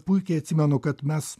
puikiai atsimenu kad mes